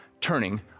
turning